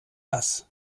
das